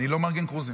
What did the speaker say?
אני לא מארגן קרוזים.